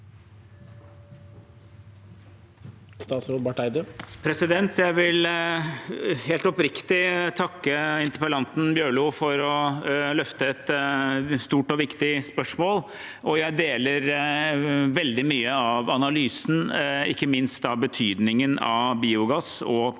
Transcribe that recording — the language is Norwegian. Jeg vil, helt oppriktig, takke interpellanten Bjørlo for å løfte et stort og viktig spørsmål. Jeg deler veldig mye av analysen, ikke minst når det gjelder betydningen av biogass og potensialet